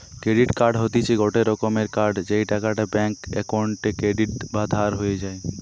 credit card হতিছে গটে রকমের কার্ড যেই টাকাটা ব্যাঙ্ক অক্কোউন্টে ক্রেডিট বা ধার হয়ে যায়